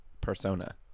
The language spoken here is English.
persona